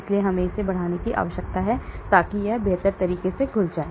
इसलिए हमें इसे बढ़ाने की आवश्यकता है ताकि यह बेहतर तरीके से घुल जाए